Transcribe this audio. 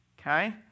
okay